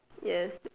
yes